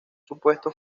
supuesto